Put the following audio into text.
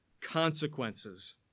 consequences